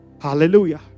Hallelujah